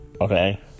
Okay